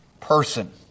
person